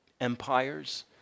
Empires